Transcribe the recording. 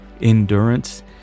endurance